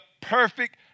perfect